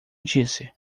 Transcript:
disse